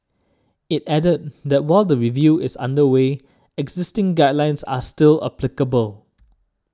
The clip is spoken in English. it added that while the review is under way existing guidelines are still applicable